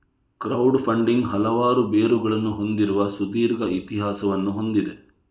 crowd funding ಹಲವಾರು ಬೇರುಗಳನ್ನು ಹೊಂದಿರುವ ಸುದೀರ್ಘ ಇತಿಹಾಸವನ್ನು ಹೊಂದಿದೆ